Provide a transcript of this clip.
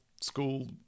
school